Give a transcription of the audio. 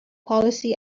policy